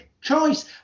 choice